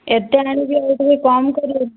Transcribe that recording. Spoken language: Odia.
ଏତେ ଆଉ ଟିକେ କମ୍ କରି ହବନି